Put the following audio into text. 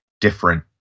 different